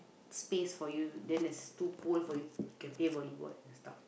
space for you then there's two pole for you you can play volleyball and stuff